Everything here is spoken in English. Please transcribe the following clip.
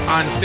on